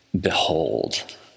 behold